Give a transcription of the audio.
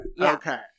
okay